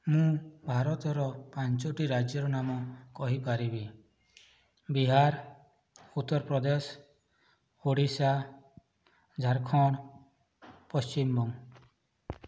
ମୁଁ ଭାରତର ପାଞ୍ଚଟି ରାଜ୍ୟର ନାମ କହିପାରିବି ବିହାର ଉତ୍ତରପ୍ରଦେଶ ଓଡ଼ିଶା ଝାଡ଼ଖଣ୍ଡ ପଶ୍ଚିମବଙ୍ଗ